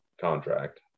contract